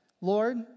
Lord